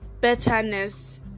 betterness